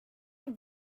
have